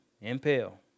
impale